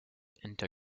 into